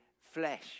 flesh